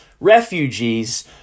refugees